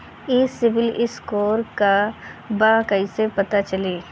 ई सिविल स्कोर का बा कइसे पता चली?